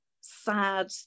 sad